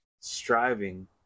striving